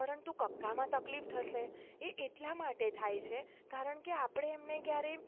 પરંતુ કક્કામાં તકલીફ થશે એ એટલા માટે થાય છે કારણ કે આપણે એમને ક્યારે